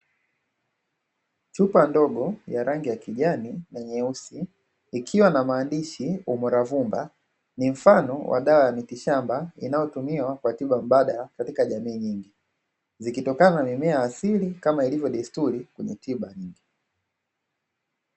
Chupa ndogo ya rangi ya kijani na nyeusi ikiwa na maandishi "UMURAVUMBA". Ni mfano wa dawa ya miti shamba inayotumiwa kwa tiba mbadala katika jamii nyingi, zikitokana na mimea asili kama ilivyo desturi kwenye tiba.